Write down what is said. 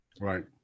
Right